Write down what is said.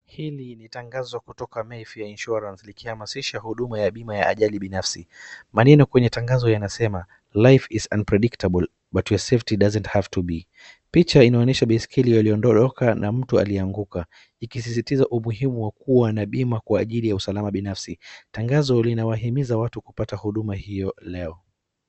Hili ni tangazo kutoka mayfair insurance likihamasisha huduma ya bima ya ajali binafsi. Maneno kwenye tangazo yanasema life is unpredictable but your ssfaety doesn't have to be picha inaonyesha baiskeli yaliondoroka na mtu alianguka, ikisisitiza umuhimu wa kuwa na bima kwa ajili ya usalama binafsi. Tangazo linawahimiza watu kupata huduma hiyo leo.